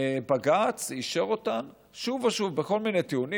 בג"ץ אישר אותן שוב ושוב בכל מיני טיעונים,